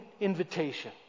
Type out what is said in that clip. invitation